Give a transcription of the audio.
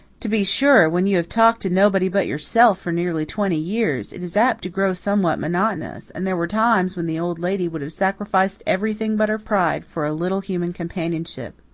to be sure, when you have talked to nobody but yourself for nearly twenty years, it is apt to grow somewhat monotonous and there were times when the old lady would have sacrificed everything but her pride for a little human companionship.